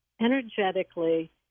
energetically